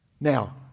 Now